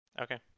Okay